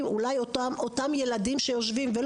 אולי אותם ילדים שיושבים ומקשיבים,